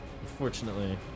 unfortunately